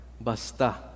Basta